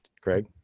Craig